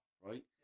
right